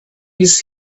with